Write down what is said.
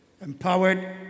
empowered